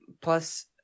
Plus